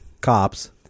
Cops